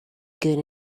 good